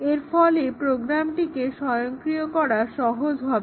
এর ফলে প্রোগ্রামটিকে স্বয়ংক্রিয় করা সহজ হবে